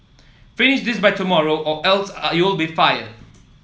finish this by tomorrow or else are you'll be fired